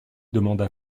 demanda